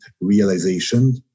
realization